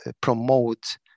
promote